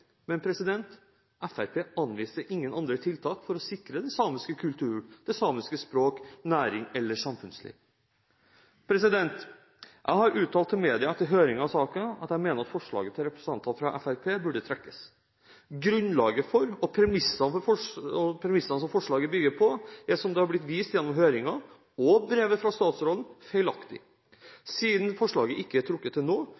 Men Fremskrittspartiet anviser ingen andre tiltak for å sikre den samiske kulturen, det samiske språket eller nærings- og samfunnslivet. Jeg har uttalt til media etter høringen i saken at jeg mener forslaget til representantene fra Fremskrittspartiet burde trekkes. Grunnlaget – og premissene forslaget bygger på – er, som det har blitt vist gjennom høring og brevet fra statsråden, feilaktig. Siden forslaget ikke er trukket til nå,